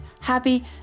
happy